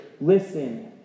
Listen